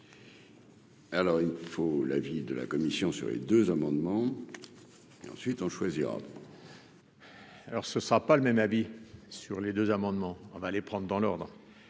Alors il faut l'avis de la commission sur les deux amendements et ensuite on choisira. Alors ce sera pas le même avis sur les deux amendements, on va les prendre dans l'ordre